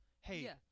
Hey